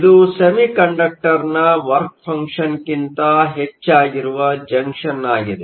ಇದು ಸೆಮಿಕಂಡಕ್ಟರ್Semiconductorನ್ ವರ್ಕ್ ಫಂಕ್ಷನ್ಕ್ಕಿಂತ ಹೆಚ್ಚಾಗಿರುವ ಜಂಕ್ಷನ್ ಆಗಿದೆ